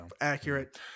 accurate